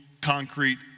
concrete